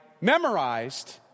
memorized